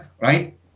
right